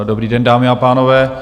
Dobrý den, dámy a pánové.